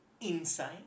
insane